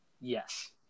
Yes